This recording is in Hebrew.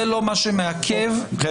זה לא מה שמעכב את החקיקה.